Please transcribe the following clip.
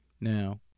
Now